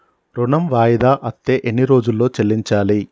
ఋణం వాయిదా అత్తే ఎన్ని రోజుల్లో చెల్లించాలి?